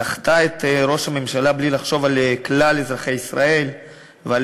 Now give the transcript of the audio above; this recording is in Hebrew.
סחטה את ראש הממשלה בלי לחשוב על כלל אזרחי ישראל ועל